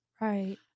right